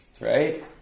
Right